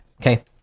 okay